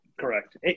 Correct